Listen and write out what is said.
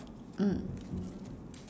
mm